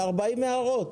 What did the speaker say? זה 40 הערות.